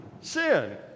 sin